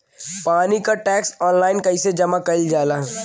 पानी क tax online कईसे जमा कईल जाला?